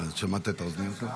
מה, שמעת את האוזניות שלו?